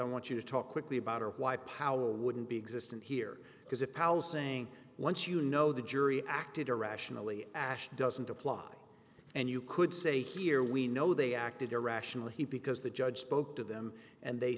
i want you to talk quickly about why power wouldn't be existant here because if house saying once you know the jury acted irrationally ashed doesn't apply and you could say here we know they acted irrationally he because the judge spoke to them and they